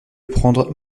prendre